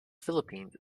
philippines